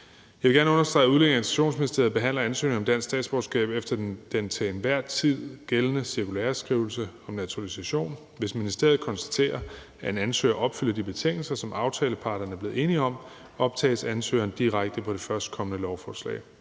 Jeg vil gerne understrege, at Udlændinge- og Integrationsministeriet behandler ansøgninger om dansk statsborgerskab efter den til enhver tid gældende cirkulæreskrivelse om naturalisation. Hvis ministeriet konstaterer, at en ansøger opfylder de betingelser, som aftaleparterne er blevet enige om, optages ansøgeren direkte på det førstkommende lovforslag.